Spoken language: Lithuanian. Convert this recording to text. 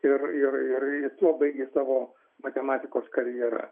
ir ir ir tuo baigia savo matematikos karjerą